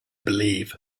believe